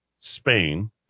Spain